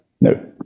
No